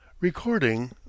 Recording